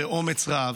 באומץ רב